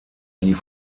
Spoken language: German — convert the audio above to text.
die